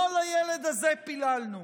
לא לילד הזה פיללנו,